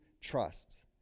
trusts